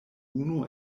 unu